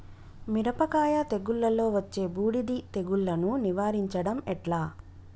మిరపకాయ తెగుళ్లలో వచ్చే బూడిది తెగుళ్లను నివారించడం ఎట్లా?